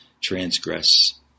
transgress